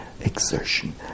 exertion